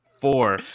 four